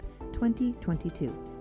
2022